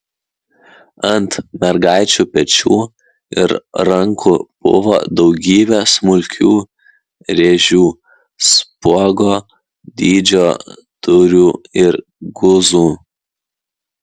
ant mergaičių pečių ir rankų buvo daugybė smulkių rėžių spuogo dydžio dūrių ir guzų